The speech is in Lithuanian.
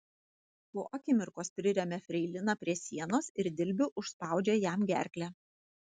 po akimirkos priremia freiliną prie sienos ir dilbiu užspaudžia jam gerklę